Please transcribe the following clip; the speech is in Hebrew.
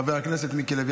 חבר הכנסת מיקי לוי,